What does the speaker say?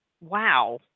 Wow